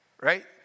right